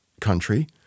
country